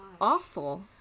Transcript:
awful